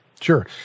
sure